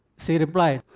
she replied,